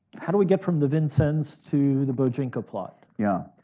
how do we get from the vincennes to the bojinka plot? yeah.